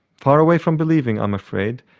far away from believing i'm afraid,